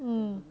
mm